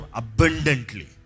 abundantly